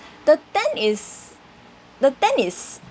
the tent is the tent is